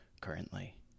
currently